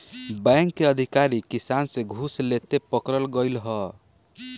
bank के अधिकारी किसान से घूस लेते पकड़ल गइल ह